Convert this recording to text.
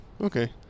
Okay